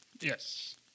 Yes